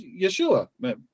Yeshua